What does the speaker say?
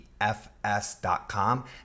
fs.com